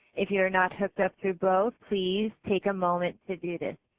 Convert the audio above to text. if you are not hooked up to both please take a moment to do this.